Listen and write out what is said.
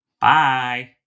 Bye